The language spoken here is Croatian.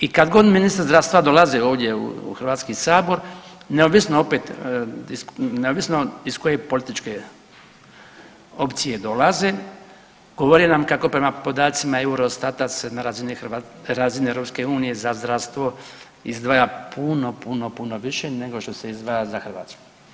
I kad god ministar zdravstva dolazi ovdje u Hrvatski sabor, neovisno opet, neovisno iz koje političke opcije dolaze govore nam kako prema podacima Eurostata se na razini EU za zdravstvo izdvaja puno, puno više nego što se izdvaja za Hrvatsku.